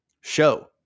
show